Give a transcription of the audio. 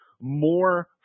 more